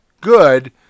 good